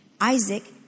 Isaac